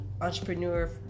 Entrepreneur